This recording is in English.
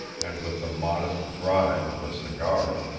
and with the modest bribe of a cigar,